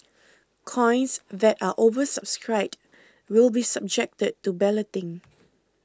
coins that are oversubscribed will be subjected to balloting